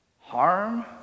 harm